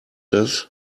das